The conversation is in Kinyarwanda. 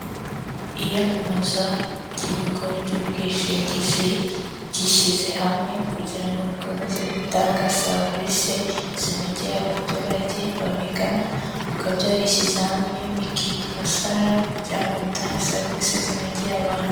Iyamamaza ry'ibigo by'ubwishingizi byishyize hamwe kugira ngo bikomeze gutanga serivise zinogeye abaturage babigana bikaba byarishyize hamwe bikitwa Saniramu kugira ngo bitange serivise zinogeye abantu.